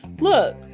look